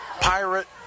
pirate